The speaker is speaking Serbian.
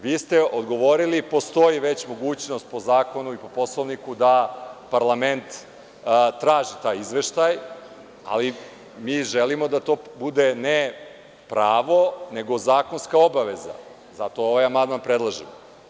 Vi ste odgovorili, postoji već mogućnost po zakonu i po Poslovniku da parlament traži taj izveštaj, ali mi želimo da to bude ne pravo, nego zakonska obaveza, zato ovaj amandman predlažemo.